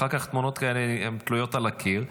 אחר כך תמונות כאלה תלויות על הקיר.